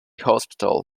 hospital